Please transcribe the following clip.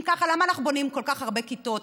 אם ככה, למה אנחנו בונים כל כך הרבה כיתות?